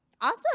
Awesome